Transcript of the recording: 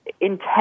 intense